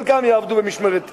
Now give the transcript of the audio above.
חלקם יעבדו במשמרת א',